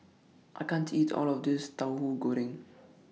I can't eat All of This Tauhu Goreng